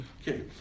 Okay